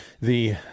The-